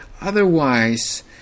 Otherwise